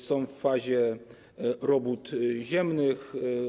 Są w fazie robót ziemnych.